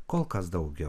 kol kas daugiau